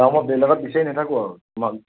আৰু মই বেলেগত বিচাৰি নাথাকোঁ আৰু তোমাক